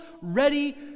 ready